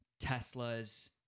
Teslas